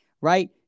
right